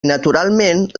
naturalment